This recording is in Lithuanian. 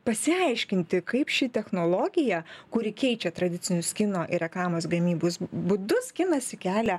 pasiaiškinti kaip ši technologija kuri keičia tradicinius kino ir reklamos gamybos būdus skinasi kelią